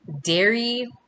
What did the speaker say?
dairy